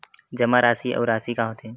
जमा राशि अउ राशि का होथे?